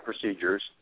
procedures